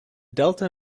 delta